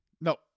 No